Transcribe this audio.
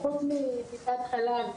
חוץ מטיפת חלב,